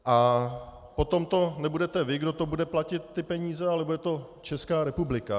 A potom to nebudete vy, kdo bude platit ty peníze, ale bude to Česká republika.